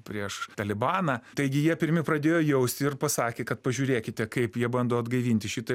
prieš talibaną taigi jie pirmi pradėjo jaust ir pasakė kad pažiūrėkite kaip jie bando atgaivinti šitą